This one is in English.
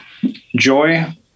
Joy